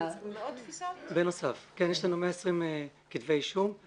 120 כתבי אישום,